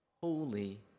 holy